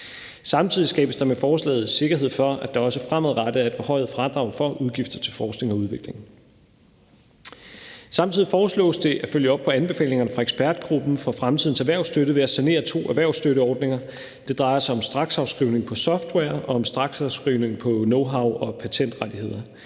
Samtidig skabes der med forslaget sikkerhed for, at der også fremadrettet er et forhøjet fradrag for udgifter til forskning og udvikling. Samtidig foreslås det at følge op på anbefalingerne fra Ekspertgruppen for fremtidens erhvervsstøtte ved at sanere to erhvervsstøtteordninger. Det drejer sig om straksafskrivning på software og om straksafskrivning på knowhow og patentrettigheder.